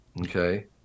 okay